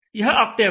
यह ऑक्टेव है